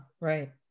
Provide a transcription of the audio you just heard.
right